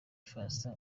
foster